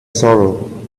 sorrow